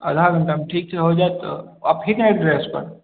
आधा घंटामे ठीक छै हो जाएत आप ही के एड्रेस पर